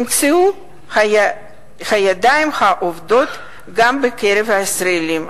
יימצאו הידיים העובדות גם בקרב הישראלים.